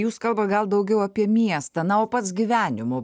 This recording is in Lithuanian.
jūs kalbat gal daugiau apie miestą na o pats gyvenimo